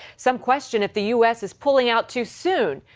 some question if the u s. is pulling out too soon.